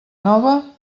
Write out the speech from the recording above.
nova